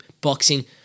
boxing